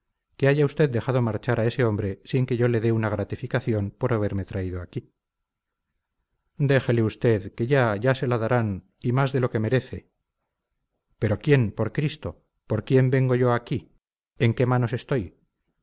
que haya usted dejado marchar a ese hombre sin que yo le dé una gratificación por haberme traído aquí déjele usted que ya ya se la darán y más de lo que merece pero quién por cristo por quién vengo yo aquí en qué manos estoy